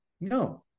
no